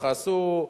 ככה עשו,